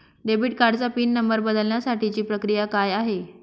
Debit कार्डचा pin number बदलण्यासाठीची प्रक्रिया काय आहे?